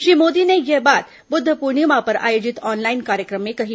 श्री मोदी ने यह बात बुद्ध पूर्णिमा पर आयोजित ऑनलाइन कार्यक्रम में कही